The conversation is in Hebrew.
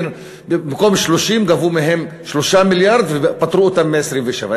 במקום 30 גבו מהם 3 מיליארד ופטרו אותם מ-27,